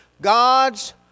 God's